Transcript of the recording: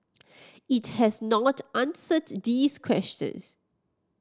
it has not answered these questions